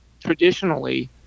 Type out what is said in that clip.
Traditionally